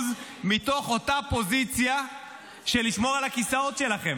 מתוך אותה פוזיציה של לשמור על הכיסאות שלכם?